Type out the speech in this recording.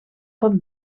pot